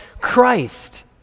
Christ